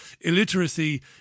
Illiteracy